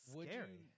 scary